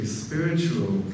spiritual